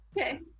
Okay